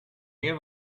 meer